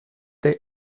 they